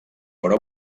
però